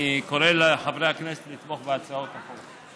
אני קורא לחברי הכנסת לתמוך בהצעות החוק.